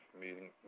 meeting